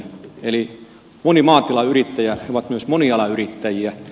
eli monet maatilayrittäjät ovat myös monialayrittäjiä